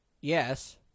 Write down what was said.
Yes